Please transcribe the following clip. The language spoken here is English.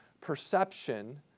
perception